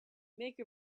make